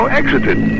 exited